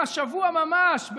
השבוע ממש,